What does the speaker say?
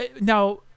Now